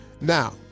Now